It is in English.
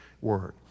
word